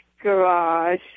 garage